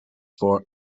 for